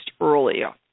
earlier